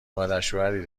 مادرشوهری